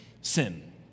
sin